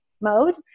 mode